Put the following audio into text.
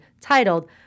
titled